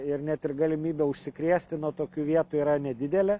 ir net ir galimybė užsikrėsti nuo tokių vietų yra nedidelė